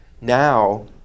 now